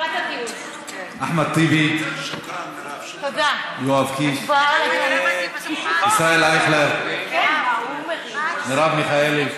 אחמד טיבי, יואב קיש, ישראל אייכלר, מרב מיכאלי,